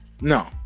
No